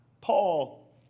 Paul